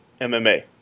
MMA